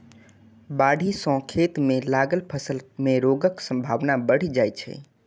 बाढ़ि सं खेत मे लागल फसल मे रोगक संभावना बढ़ि जाइ छै